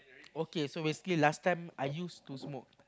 okay so basically last time I use to smoke